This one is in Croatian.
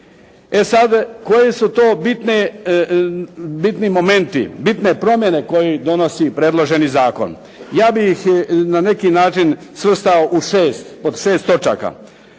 E sad, koji su to bitni momenti, bitne promjene koje donosi predloženi zakon. Ja bi ih na neki način svrstao pod šest točaka.